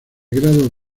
grado